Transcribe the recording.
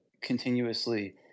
continuously